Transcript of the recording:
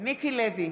מיקי לוי,